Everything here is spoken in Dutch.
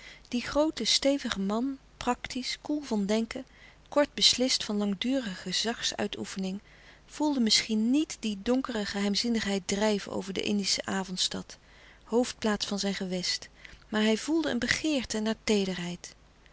die groote stevige man praktisch koel van denken kort beslist van langdurige gezagsuitoefening voelde misschien niet die donkere geheimzinnigheid drijven over de indische avondstad hoofdplaats van zijn gewest maar hij voelde een begeerte naar teederheid